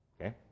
Okay